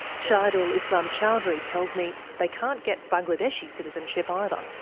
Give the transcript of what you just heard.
shahidul islam chowdhury tells me they can't get bangladeshi citizenship either.